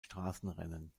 straßenrennen